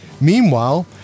Meanwhile